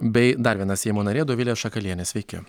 bei dar viena seimo narė dovilė šakalienė sveiki